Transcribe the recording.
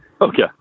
Okay